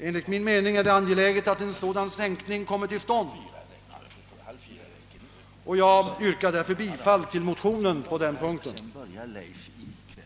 Enligt min mening är det angeläget att en sådan sänkning kommer till stånd, och jag yrkar bifall till motionen på den punkten, som av utskottet upptas under mom. 21.